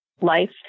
life